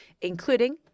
including